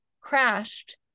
crashed